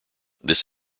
this